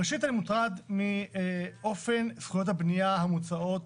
ראשית, אני מוטרד מאופן זכויות הבנייה המוצעות,